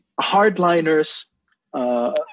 Hardliners